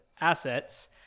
assets